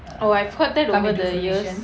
oh I've heard that over the years